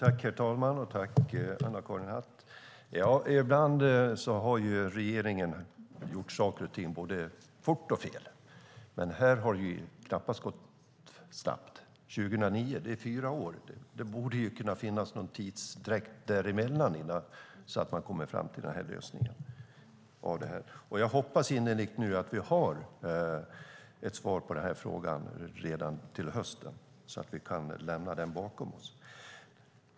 Herr talman! Ibland har regeringen gjort saker och ting både fort och fel, men här har det knappast gått snabbt. Det är fyra år sedan 2009, och det borde under den tidsutdräkten ha funnits möjlighet att komma fram till en lösning av det här. Jag hoppas innerligt att vi har ett svar på den här frågan redan till hösten så att vi kan lämna den bakom oss.